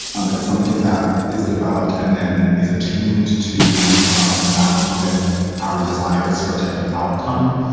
um it's something that is developed and then is attuned to um and bound with our desires for a type of outcome.